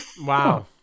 wow